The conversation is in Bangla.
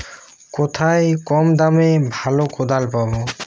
কোথায় কম দামে ভালো কোদাল পাব?